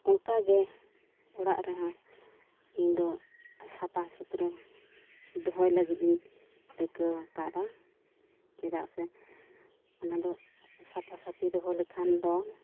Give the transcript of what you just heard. ᱚᱱᱠᱟᱜᱮ ᱚᱲᱟᱜ ᱨᱮᱦᱚᱸ ᱤᱧ ᱫᱚ ᱥᱟᱯᱷᱟ ᱥᱩᱛᱨᱚ ᱫᱚᱦᱚᱭ ᱞᱟᱹᱜᱤᱫ ᱤᱧ ᱨᱤᱠᱟᱹ ᱟᱠᱟᱫᱟ ᱪᱮᱫᱟᱜ ᱥᱮ ᱚᱱᱟ ᱫᱚ ᱥᱟᱯᱷᱟ ᱥᱟᱯᱷᱤ ᱫᱚᱦᱚ ᱞᱮᱠᱷᱟᱱ ᱫᱚ